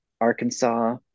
Arkansas